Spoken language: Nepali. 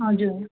हजुर